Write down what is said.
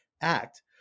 act